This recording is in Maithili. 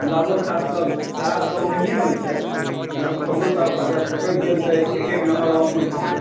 गुलाबोखाससभ खराब तऽ आम नहिए ने होइत छै कृष्णभोगोसभ अगर सुतरि गेल तऽ एक एक नम्बर आम होइत छै